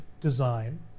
design